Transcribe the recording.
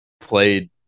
played